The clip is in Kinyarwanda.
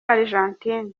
argentina